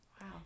wow